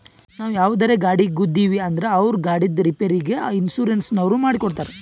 ನಾವು ಯಾವುದರೇ ಗಾಡಿಗ್ ಗುದ್ದಿವ್ ಅಂದುರ್ ಅವ್ರ ಗಾಡಿದ್ ರಿಪೇರಿಗ್ ಇನ್ಸೂರೆನ್ಸನವ್ರು ಮಾಡಿ ಕೊಡ್ತಾರ್